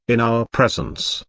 in our presence,